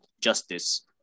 justice